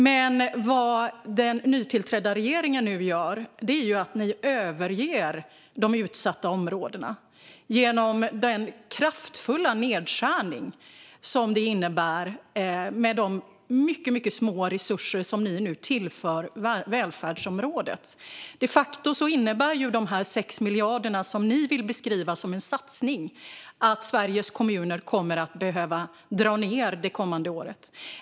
Men vad den nytillträdda regeringen nu gör är att överge de utsatta områdena genom den kraftfulla nedskärning som de mycket små resurser ni tillför välfärdsområdet innebär. De 6 miljarder som ni vill beskriva som en satsning innebär de facto att Sveriges kommuner kommer att behöva dra ned det kommande året.